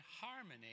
harmony